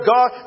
God